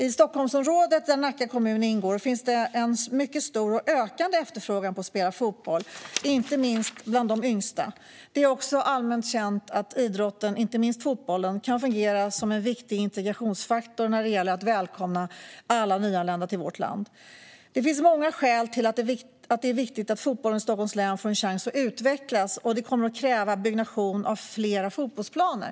I Stockholmsområdet, där Nacka kommun ingår, finns det en mycket stor - och ökande - efterfrågan på att spela fotboll, inte minst bland de yngsta. Det är också allmänt känt att idrotten, inte minst fotbollen, kan fungera som en viktig integrationsfaktor när det gäller att välkomna alla nyanlända till vårt land. Det finns många skäl till att det är viktigt att fotbollen i Stockholms län får chans att utvecklas, och detta kommer att kräva byggnation av fler fotbollsplaner.